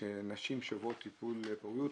שנשים שעוברות טיפול פוריות,